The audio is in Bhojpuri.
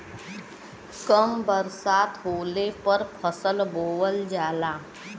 कम बरसात होले पर फसल बोअल जाला